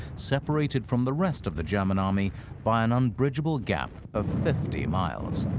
separated from the rest of the german army by an unbridgeable gap of fifty miles.